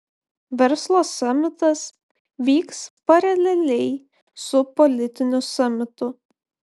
verslo samitas vyks paraleliai su politiniu samitu